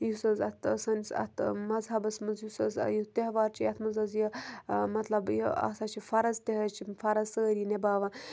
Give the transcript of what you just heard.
یُس حظ اَتھ سٲنِس اَتھ مذہبَس منٛز یُس حظ یہِ تہوار چھِ یَتھ منٛز حظ یہِ مطلب یہِ آسان چھِ فرٕض تہِ حظ چھِ فرٕض سٲری نِباوان